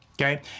Okay